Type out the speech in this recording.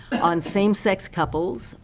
on same-sex couples,